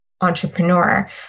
entrepreneur